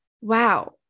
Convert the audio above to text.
wow